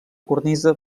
cornisa